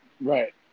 Right